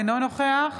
אינו נוכח